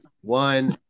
one